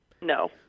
No